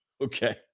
Okay